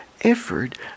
effort